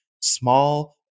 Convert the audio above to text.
small